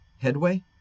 Headway